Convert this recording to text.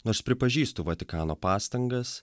nors pripažįstu vatikano pastangas